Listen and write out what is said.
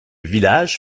village